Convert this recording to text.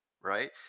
right